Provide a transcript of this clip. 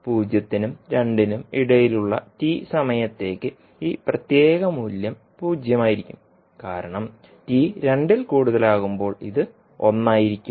പൂജ്യത്തിനും രണ്ടിനും ഇടയിലുള്ള t സമയത്തേക്ക് ഈ പ്രത്യേക മൂല്യം പൂജ്യമായിരിക്കും കാരണം t രണ്ടിൽ കൂടുതലാകുമ്പോൾ ഇത് ഒന്നായിരിക്കും